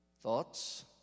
thoughts